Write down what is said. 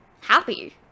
happy